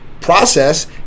process